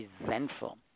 resentful